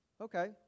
Okay